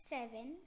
Seven